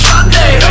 Sunday